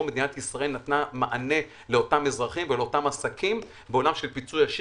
מדינת ישראל נתנה מענה לאותם אזרחים ולאותם עסקים בעולם של פיצוי ישיר,